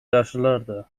yaşlılardı